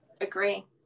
Agree